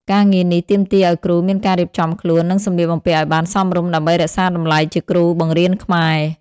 ការងារនេះទាមទារឱ្យគ្រូមានការរៀបចំខ្លួន និងសម្លៀកបំពាក់ឱ្យបានសមរម្យដើម្បីរក្សាតម្លៃជាគ្រូបង្រៀនខ្មែរ។